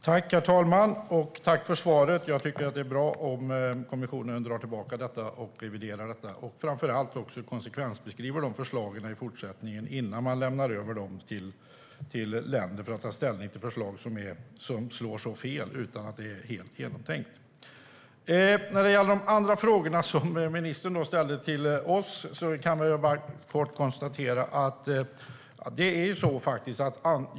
Herr talman! Tack för svaret! Jag tycker att det är bra om kommissionen drar tillbaka och reviderar detta förslag. Framför allt vore det bra om man konsekvensbeskriver förslagen i fortsättningen innan man lämnar över till länder att ta ställning till förslag som slår så fel och inte är helt genomtänkta. Ministern ställde frågor till oss.